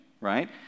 Right